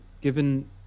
given